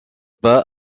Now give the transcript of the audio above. pas